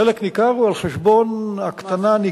חלק ניכר הוא על חשבון הקטנה, מס.